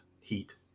heat